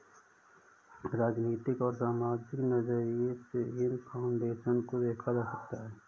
राजनीतिक और सामाजिक नज़रिये से इन फाउन्डेशन को देखा जा सकता है